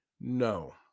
no